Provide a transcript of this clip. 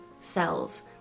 Cells